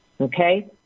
okay